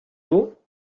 vous